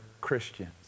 Christians